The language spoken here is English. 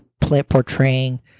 portraying